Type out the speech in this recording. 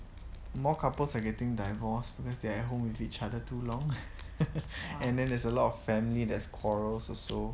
more couples are getting divorced because they are at home with each other too long and then there's a lot of family that is quarrel also